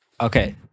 Okay